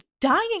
dying